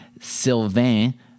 Sylvain